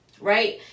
right